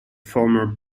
former